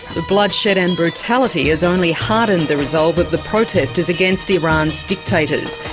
the bloodshed and brutality has only hardened the resolve of the protesters against iran's dictators.